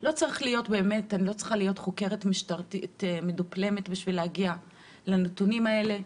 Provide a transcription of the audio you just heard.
לא צריכה להיות חוקרת משטרתית מדופלמת כדי להגיע לנתונים האלה.